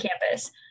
campus